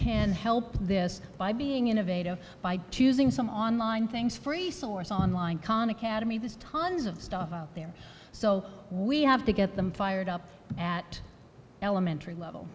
can help this by being innovative by two using some online things free source online khan academy has tons of stuff out there so we have to get them fired up at elementary level